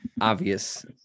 obvious